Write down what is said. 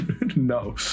No